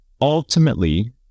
Ultimately